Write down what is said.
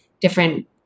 different